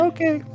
Okay